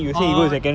orh